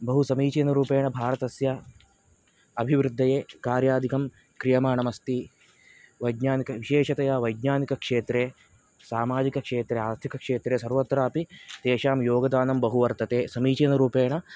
बहुसमीचिनरूपेण भारतस्य अभिवृद्धये कार्यादिकं क्रियमानम् अस्ति वैज्ञानिक विशेषतया वैज्ञानिकक्षेत्रे सामाजिकक्षेत्रे आर्थिकक्षेत्रे सर्वत्रापि तेषां योगदानं बहु वर्तते समीचीनरूपेण